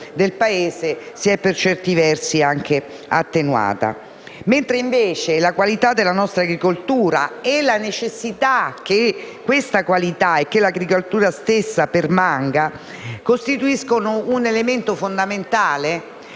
del Paese, si è per certi versi attenuata. La qualità della nostra agricoltura, invece, e la necessità che questa qualità e l'agricoltura stessa permangano costituiscono un elemento fondamentale